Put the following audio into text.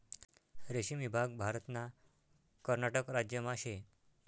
रेशीम ईभाग भारतना कर्नाटक राज्यमा शे